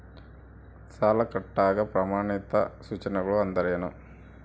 ಸಾಲ ಕಟ್ಟಾಕ ಪ್ರಮಾಣಿತ ಸೂಚನೆಗಳು ಅಂದರೇನು?